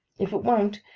if it won't,